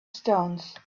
stones